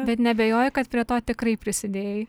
bet neabejoju kad prie to tikrai prisidėjai